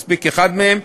מספיק אחד מהם,